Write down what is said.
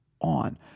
on